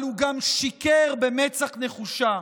אבל הוא גם שיקר במצח נחושה.